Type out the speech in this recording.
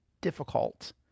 difficult